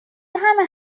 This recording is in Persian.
همه